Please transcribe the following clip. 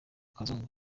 kazungu